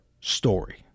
story